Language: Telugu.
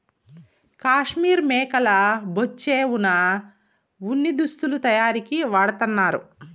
కాశ్మీర్ మేకల బొచ్చే వున ఉన్ని దుస్తులు తయారీకి వాడతన్నారు